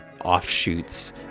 offshoots